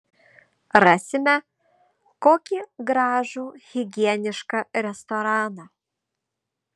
rasime kokį gražų higienišką restoraną